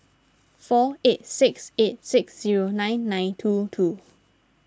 four eight six eight six zero nine nine two two